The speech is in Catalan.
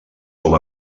com